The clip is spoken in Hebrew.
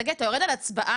תגיד, אתה יורד על הצבעה?